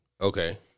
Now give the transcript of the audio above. Okay